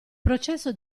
processo